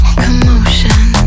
commotion